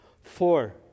Four